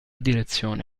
direzione